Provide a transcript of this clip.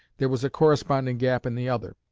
there was a corresponding gap in the other.